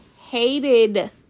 hated